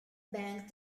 bank